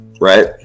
Right